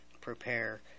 prepare